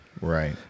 right